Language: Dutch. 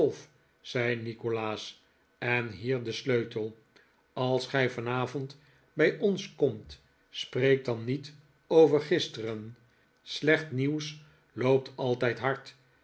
zei nikolaas en hier de sleutel als gij vanavond bij ons komt spreek dan niet over gisteren slecht nieuws loopt altijd hard